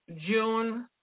June